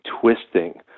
twisting